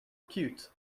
cute